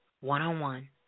one-on-one